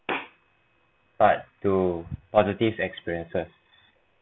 part two positive experiences